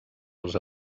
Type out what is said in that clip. els